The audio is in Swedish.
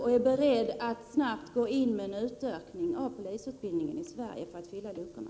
Är man beredd att snabbt utöka polisutbildningen i Sverige för att fylla luckorna?